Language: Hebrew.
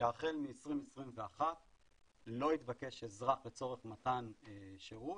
שהחל מ-2021 לא יתבקש אזרח לצורך מתן שירות